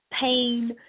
pain